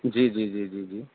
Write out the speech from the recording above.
جی جی جی جی جی جی